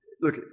look